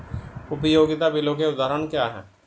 उपयोगिता बिलों के उदाहरण क्या हैं?